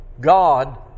God